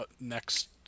next